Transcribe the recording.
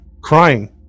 crying